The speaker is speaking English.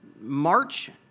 March